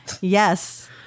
Yes